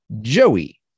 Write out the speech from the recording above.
Joey